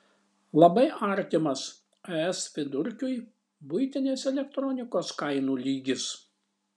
labai artimas es vidurkiui buitinės elektronikos kainų lygis